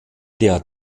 der